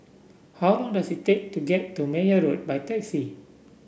how long does it take to get to Meyer Road by taxi